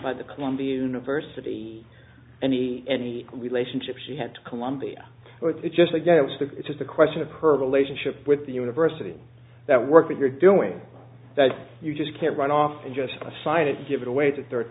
by the columbia university and the any relationship she had to columbia or is it just against the it's a question of her relationship with the university that work that you're doing that you just can't run off and just sign it and give it away to third